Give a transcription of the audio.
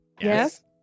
Yes